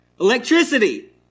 Electricity